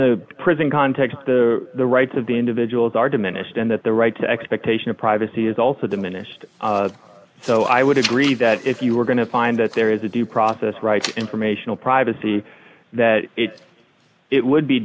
the prison context the rights of the individuals are diminished and that the right to expectation of privacy is also diminished so i would agree that if you were going to find that there is the due process rights informational privacy that it it would be